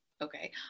okay